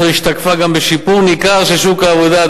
השתקפה גם בשיפור ניכר של שוק העבודה,